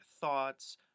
thoughts